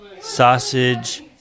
sausage